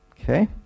Okay